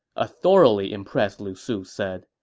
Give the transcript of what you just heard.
a thoroughly impressed lu su said.